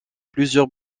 plusieurs